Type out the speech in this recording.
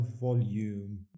volume